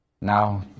now